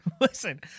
listen